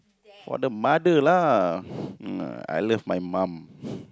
what the mother lah I love my mom